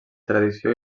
tradició